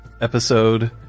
episode